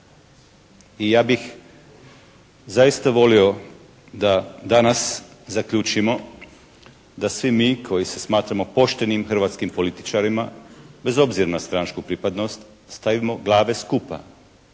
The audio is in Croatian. i ja bih zaista volio da danas zaključimo da svi mi koji se smatramo poštenim hrvatskim političarima, bez obzira na stranačku pripadnost stavimo glave skupa,